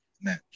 match